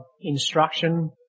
instruction